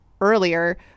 earlier